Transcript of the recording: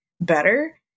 better